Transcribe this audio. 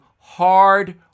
hard